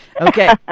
Okay